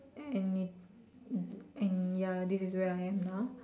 and it and ya this is where I am now